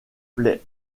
play